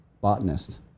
botanist